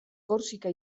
korsika